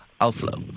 outflow